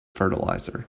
fertilizer